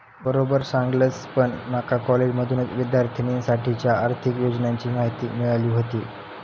बरोबर सांगलस, पण माका कॉलेजमधसूनच विद्यार्थिनींसाठीच्या आर्थिक योजनांची माहिती मिळाली व्हती